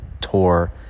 tour